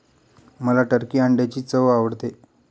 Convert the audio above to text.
मला टर्की अंड्यांची चव आवडते